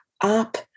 up